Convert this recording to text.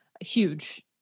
huge